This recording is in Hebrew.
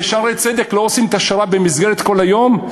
ב"שערי צדק" לא עושים את השר"פ במסגרת כל היום?